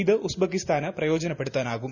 ഇത് ഉസ്ബെക്കിസ്ഥാന് പ്രയോജനപ്പെടുത്താനാകും